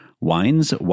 Wines